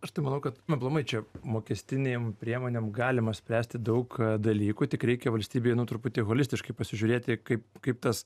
aš tai manau kad aplamai čia mokestinėm priemonėm galima spręsti daug dalykų tik reikia valstybei nu truputį holistiškai pasižiūrėti kaip kaip tas